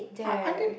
I I didn~